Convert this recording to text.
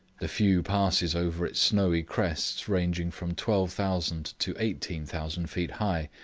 the few passes over its snowy crests ranging from twelve thousand to eighteen thousand feet high,